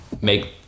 make